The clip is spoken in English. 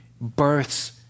births